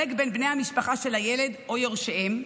בין בני המשפחה של הילד או יורשיהם.